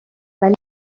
ولی